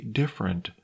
different